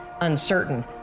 uncertain